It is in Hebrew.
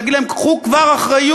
ולהגיד להם: קחו כבר אחריות.